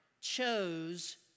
chose